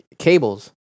cables